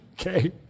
Okay